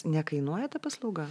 nekainuoja ta paslauga